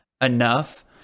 enough